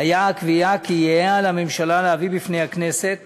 היה הקביעה כי יהא על הממשלה להביא בפני הכנסת